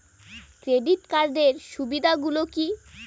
Credit কার্ডের সুবিধা গুলো কি?